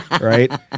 Right